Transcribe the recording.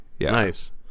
nice